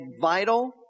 vital